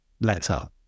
letter